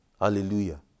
Hallelujah